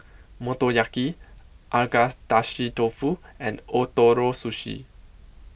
Motoyaki Agedashi Dofu and Ootoro Sushi